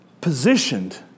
positioned